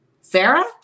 Sarah